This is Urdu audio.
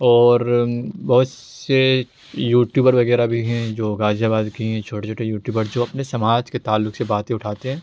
اور بہت سے یوٹیوبر وغیرہ بھی ہیں جو غازی آباد کی چھوٹی چھوٹی یوٹیوبر جو اپنے سماج کے تعلق سے باتیں اٹھاتے ہیں